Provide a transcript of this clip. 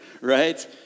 right